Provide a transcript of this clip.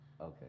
Okay